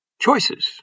Choices